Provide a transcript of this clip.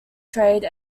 trade